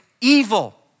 evil